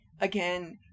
Again